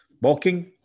bulking